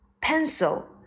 pencil